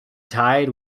tide